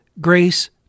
grace